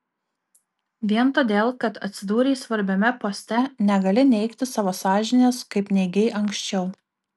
vien todėl kad atsidūrei svarbiame poste negali neigti savo sąžinės kaip neigei anksčiau